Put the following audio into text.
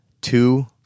two